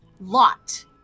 lot